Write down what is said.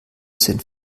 sind